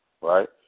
right